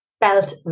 felt